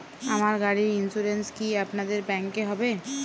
আমার গাড়ির ইন্সুরেন্স কি আপনাদের ব্যাংক এ হবে?